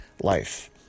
life